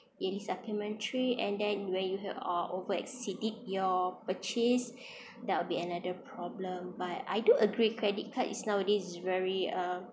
yearly supplementary and then when you have or over exceeded your purchase that will be another problem but I do agree credit card is nowadays very uh